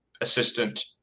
assistant